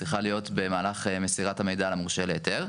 צריכה להיות במהלך מסירת המידע למורשה להיתר.